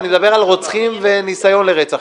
אני מדבר על רצח וניסיון לרצח,